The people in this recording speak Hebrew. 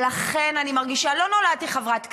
לא נולדתי חברת כנסת.